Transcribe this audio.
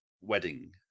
wedding